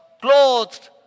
clothed